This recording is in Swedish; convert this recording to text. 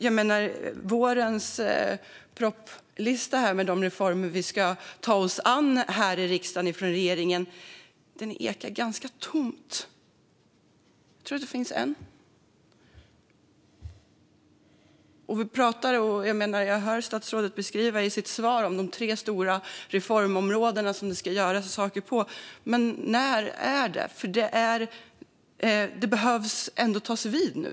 Vårens propositionslista från regeringen med reformer som vi ska ta oss an här i riksdagen ekar ganska tomt. Jag tror att det finns en om detta. Statsrådet beskriver i sitt svar de tre stora reformområdena som man ska ta itu med. Men när kommer det att ske? Det behöver ändå ske något nu.